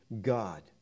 God